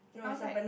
down side